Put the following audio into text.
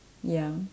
ya